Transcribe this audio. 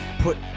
put